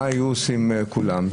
מה היו עושים כולם?